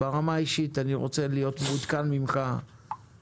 ברמה האישית אני רוצה להיות מעודכן על ידך איפה